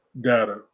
data